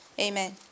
Amen